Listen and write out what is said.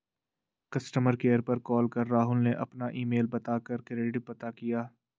customer care पर call कर राहुल ने अपना ईमेल बता कर क्रेडिट पता किया